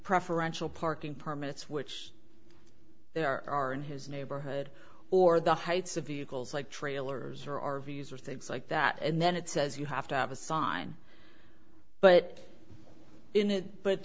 preferential parking permits which there are in his neighborhood or the heights of your goals like trailers or our views or things like that and then it says you have to have a sign but in it but